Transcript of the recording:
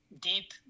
deep